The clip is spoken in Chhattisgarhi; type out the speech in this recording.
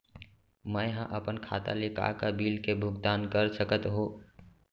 मैं ह अपन खाता ले का का बिल के भुगतान कर सकत हो